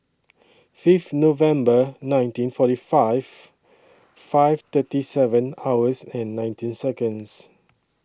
Fifth November nineteen forty five five thirty seven hours and nineteen Seconds